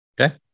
okay